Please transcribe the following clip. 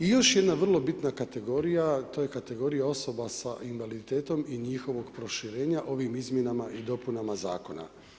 I još jedna vrlo bitna kategorija, to je kategorija osoba s invaliditetom i njihovog proširenja ovim izmjenama i dopunama zakona.